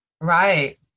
Right